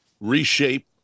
reshape